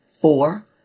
Four